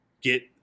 get